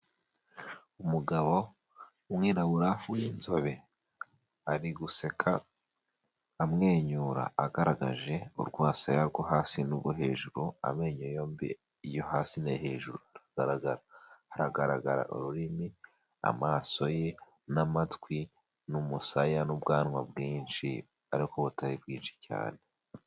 Umugabo w'umwirabura w'inzobe ari guseka amwenyura, agaragaje urwasaya rwo hasi n'ubwo hejuru, amenyo yombi yo hasi no hejuru aragaragara, hagaragara ururimi amaso ye n'amatwi n'umusaya n'ubwanwa bwinshi ariko butari bwinshi cyane.